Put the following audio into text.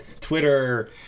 Twitter